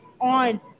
on